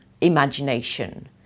imagination